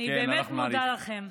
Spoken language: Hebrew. אני באמת מודה לכם.